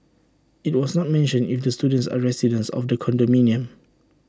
IT was not mentioned if the students are residents of the condominium